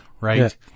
Right